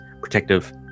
protective